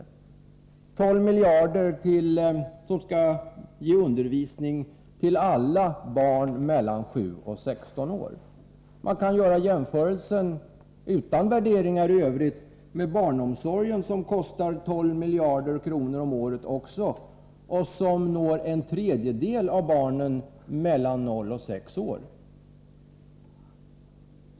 Man kan, utan några värderingar i övrigt, jämföra de 12 miljarder som skall ge undervisning till alla barn mellan 7 och 16 år med kostnaden för barnomsorgen, som också uppgår till 12 miljarder om året. Barnomsorgen når bara en tredjedel av barnen mellan 0 och 6 år.